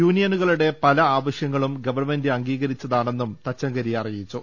യൂണിയനുകളുടെ പല ആവശൃങ്ങളും ഗവൺമെന്റ് അംഗീകരിച്ചതാണെന്നും തച്ചങ്കരി അറി യിച്ചു